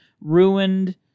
ruined